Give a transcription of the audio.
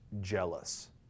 jealous